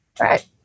right